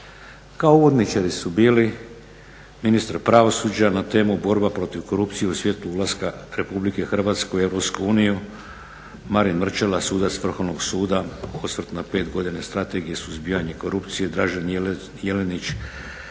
Kao uvodničari su bili ministar pravosuđa na temu "Borba protiv korupcije u svijetlu ulaska Republike Hrvatske u Europsku uniju", Marin Mrčela, sudac Vrhovnog suda "Osvrt na pet godina Strategije suzbijanja korupcije", Dražen Jelenić,